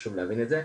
חשוב להבין את זה.